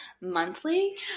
monthly